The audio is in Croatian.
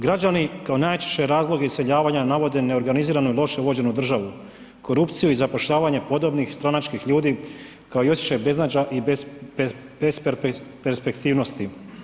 Građani kao najčešći razlog iseljavanja navode neorganizirano i loše vođenu državu, korupciju i zapošljavanje podobnih stranačkih ljudi kao i osjećaj beznađa i besperspektivnosti.